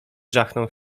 żachnął